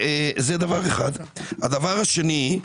הדבר השני,